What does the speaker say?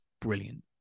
brilliant